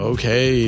Okay